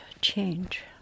change